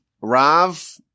Rav